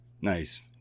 Nice